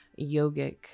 yogic